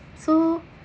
so